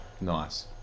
Nice